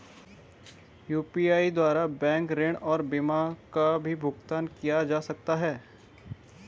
UPI द्वारा bank ऋण और बीमा का भी भुगतान किया जा सकता है?